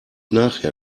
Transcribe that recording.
nachher